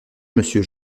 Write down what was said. monsieur